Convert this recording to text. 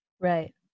Right